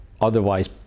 otherwise